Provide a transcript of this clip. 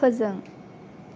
फोजों